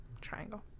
Triangle